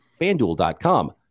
FanDuel.com